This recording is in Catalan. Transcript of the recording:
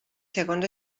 segons